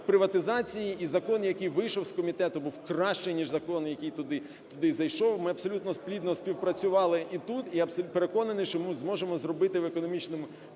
приватизації, і закон, який вийшов з комітету, був краще, ніж закон, який туди зайшов, ми абсолютно плідно співпрацювали і тут. І я абсолютно переконаний, що ми зможемо зробити в економічному